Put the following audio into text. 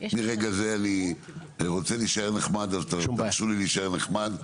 מרגע זה אני רוצה להישאר נחמד אז תרשו לי להישאר נחמד,